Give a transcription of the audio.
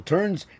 Turns